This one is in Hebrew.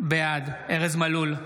בעד ארז מלול,